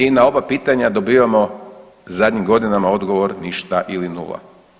I na oba pitanja dobivamo zadnjih godina odgovor ništa ili nula.